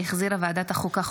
שהחזירה ועדת החוקה,